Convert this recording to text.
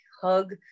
hug